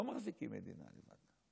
לא מחזיקים מדינה לבד.